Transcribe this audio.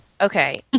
Okay